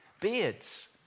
beards